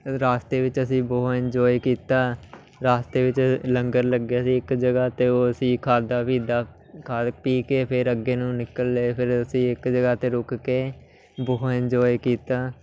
ਰਸਤੇ ਵਿੱਚ ਅਸੀਂ ਬਹੁਤ ਇੰਜੋਏ ਕੀਤਾ ਰਸਤੇ ਵਿੱਚ ਲੰਗਰ ਲੱਗਿਆ ਸੀ ਇੱਕ ਜਗ੍ਹਾ 'ਤੇ ਉਹ ਅਸੀਂ ਖਾਧਾ ਪੀਤਾ ਖਾ ਪੀ ਕੇ ਫਿਰ ਅੱਗੇ ਨੂੰ ਨਿਕਲ ਲਏ ਫਿਰ ਅਸੀਂ ਇੱਕ ਜਗ੍ਹਾ 'ਤੇ ਰੁਕ ਕੇ ਬਹੁਤ ਇੰਜੋਏ ਕੀਤਾ